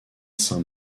saint